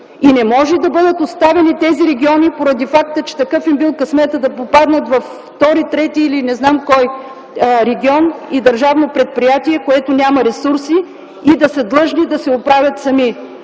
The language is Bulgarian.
Не може да бъдат оставени тези региони поради факта, че такъв им бил късметът да попаднат във втори, трети или не знам в кой регион и държавно предприятие, което няма ресурси, и да са длъжни да се оправят сами